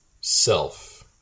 self